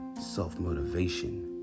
self-motivation